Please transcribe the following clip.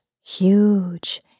huge